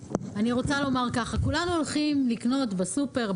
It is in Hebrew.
כולנו הולכים לקנות בסופר,